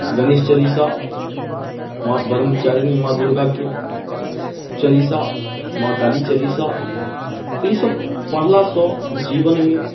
गणेश चालिसा माँ ब्रह्मचारिणी माँ दुर्गाके चालीसा माँ काली चालीसा तऽ ई सब पढ़लासँ जीवनमे